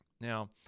Now